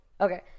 Okay